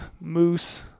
moose